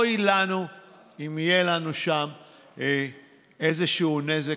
אוי לנו אם יהיה לנו שם איזשהו נזק.